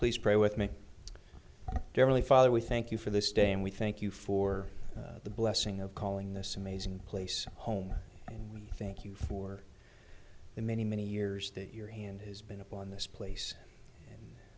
please pray with me generally father we thank you for this day and we thank you for the blessing of calling this amazing place home thank you for the many many years that your hand has been upon this place